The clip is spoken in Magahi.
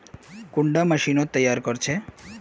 कुंडा मशीनोत तैयार कोर छै?